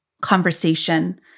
conversation